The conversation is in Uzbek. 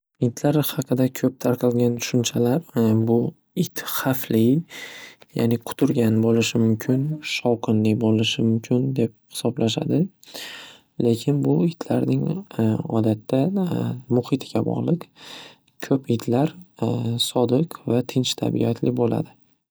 Itlar haqida ko‘p tarqalgan tushunchalar bu it xavfli yani quturgan bo‘lishi mumkin, shovqinli bo‘lishi mumkin deb hisoblashadi. Lekin bu itlarning odatda muhitga bogliq. Ko‘p itlar sodiq va tinch tabiatli bo‘ladi.